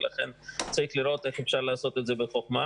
לכן צריך לראות איך אפשר לעשות את זה בחוכמה.